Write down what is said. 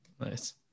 Nice